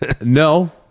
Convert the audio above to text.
No